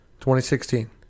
2016